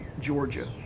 Georgia